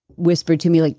whispered to me, like